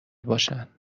باشن